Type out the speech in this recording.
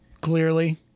clearly